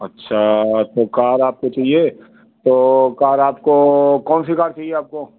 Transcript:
अच्छा तो कार आपको चाहिए तो कार आपको कौन सी कार चाहिए आपको